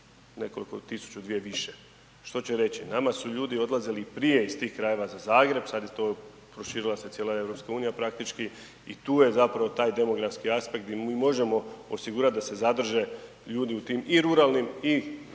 nekoliko tisuća, dvije više. Što će reći nama su ljudi odlazili i prije iz tih krajeva za Zagreb, sad je to, proširila se cijela EU praktički i tu je zapravo taj demografski aspekt gdje mi možemo osigurat da se zadrže ljudi u tim i ruralnim i